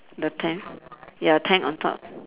the tent ya tent on top